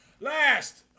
Last